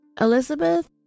Elizabeth